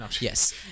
yes